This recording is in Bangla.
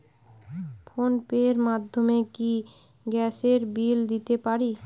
ফোন পে র মাধ্যমে কি গ্যাসের বিল দিতে পারি?